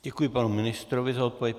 Děkuji panu ministrovi za odpověď.